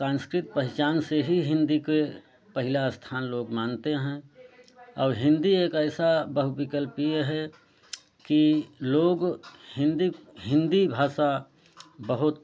सांस्कृत पहचान से ही हिंदी के पहला स्थान लोग मानते हैं और हिंदी एक ऐसा बहुविक्लपीय है कि लोग हिंदी हिंदी भाषा बहुत